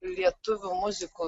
lietuvių muzikų